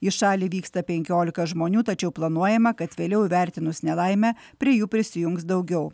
į šalį vyksta penkiolika žmonių tačiau planuojama kad vėliau įvertinus nelaimę prie jų prisijungs daugiau